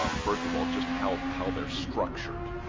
ah first of all, just how how they're structured.